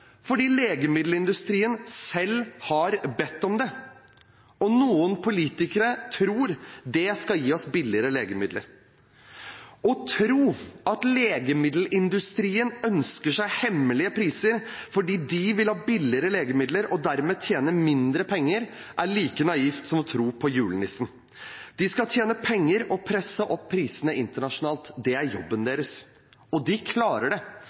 Fordi legemiddelindustrien selv har bedt om det, og noen politikere tror det skal gi oss billigere legemidler. Å tro at legemiddelindustrien ønsker seg hemmelige priser fordi de vil ha billigere legemidler og dermed tjene mindre penger, er like naivt som å tro på julenissen. De skal tjene penger og presse opp prisene internasjonalt. Det er jobben deres – og de klarer det.